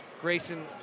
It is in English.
Grayson